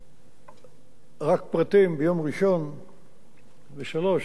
רק פרטים: ביום ראשון ב-15:00 היה שיא הביקוש: